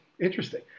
interesting